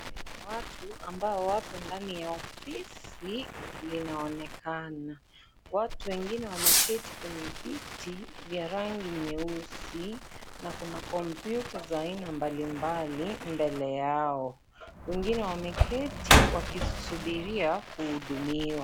Kuna watu ambao wamo ndani ya ofisi lianonekana watu wengine wameketi kwenye viti vya rangi nyeusi na kuna komputa za aina mbali mbali mbele yao. Wengine wameketi wakisubiria kuhudumiwa.